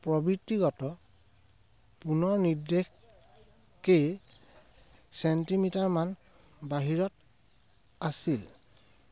প্ৰবৃত্তিগত পুনৰ নিৰ্দেশ কেইচেণ্টিমিটাৰমান বাহিৰত আছিল